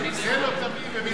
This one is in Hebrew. לא זוכר שהצבעת נגד.